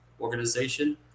organization